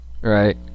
right